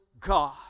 God